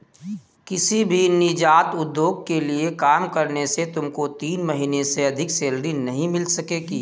किसी भी नीजात उद्योग के लिए काम करने से तुमको तीन महीने से अधिक सैलरी नहीं मिल सकेगी